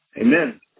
Amen